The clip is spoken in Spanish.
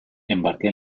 embarqué